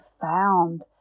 found